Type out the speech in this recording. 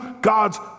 God's